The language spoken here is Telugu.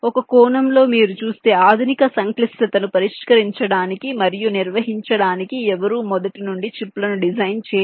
ఒక కోణంలో మీరు చూస్తే ఆధునిక సంక్లిష్టతను పరిష్కరించడానికి మరియు నిర్వహించడానికి ఎవరూ మొదటి నుండి చిప్లను డిజైన్ చేయరు